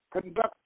conduct